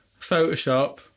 Photoshop